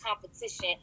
competition